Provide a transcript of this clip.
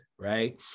right